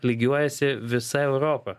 lygiuojasi visa europa